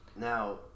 Now